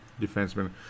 defenseman